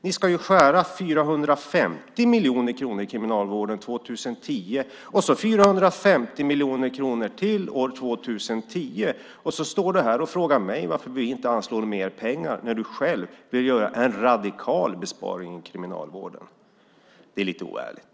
Ni ska ju skära ned i Kriminalvården med 450 miljoner kronor år 2009 och med 450 miljoner kronor till år 2010. Ändå står du här och frågar mig varför vi inte anslår mer pengar. Själv vill du göra en radikal besparing i kriminalvården. Det är lite oärligt.